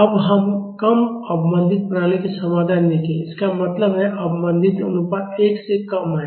अब हम कम अवमंदित प्रणालियों के समाधान देखेंगे इसका मतलब है अवमंदित अनुपात 1 से कम है